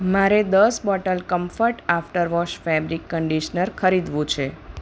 મારે દસ bottle Comfort after wash fabric conditioner ખરીદવું છે